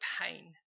pain